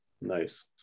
Nice